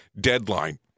Deadline